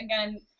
again